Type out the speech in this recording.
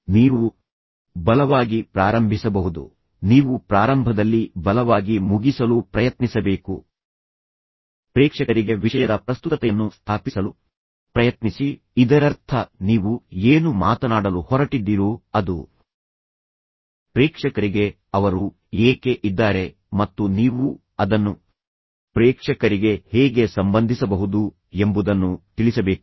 ನೀವು ಬಲವಾಗಿ ಪ್ರಾರಂಭಿಸಬಹುದು ನೀವು ಪ್ರಾರಂಭದಲ್ಲಿ ಬಲವಾಗಿ ಮುಗಿಸಲು ಪ್ರಯತ್ನಿಸಬೇಕು ಪ್ರೇಕ್ಷಕರಿಗೆ ವಿಷಯದ ಪ್ರಸ್ತುತತೆಯನ್ನು ಸ್ಥಾಪಿಸಲು ಪ್ರಯತ್ನಿಸಿ ಇದರರ್ಥ ನೀವು ಏನು ಮಾತನಾಡಲು ಹೊರಟಿದ್ದೀರೋ ಅದು ಪ್ರೇಕ್ಷಕರಿಗೆ ಅವರು ಏಕೆ ಇದ್ದಾರೆ ಮತ್ತು ನೀವು ಅದನ್ನು ಪ್ರೇಕ್ಷಕರಿಗೆ ಹೇಗೆ ಸಂಬಂಧಿಸಬಹುದು ಎಂಬುದನ್ನು ತಿಳಿಸಬೇಕು